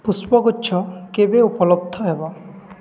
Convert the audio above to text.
ପୁଷ୍ପଗୁଚ୍ଛ କେବେ ଉପଲବ୍ଧ ହେବ